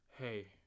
Hey